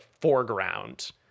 foreground